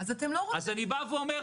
אז אני בא ואומר,